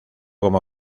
como